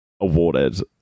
awarded